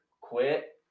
quit